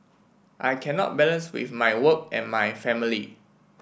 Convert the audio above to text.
I cannot balance with my work and my family